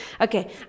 okay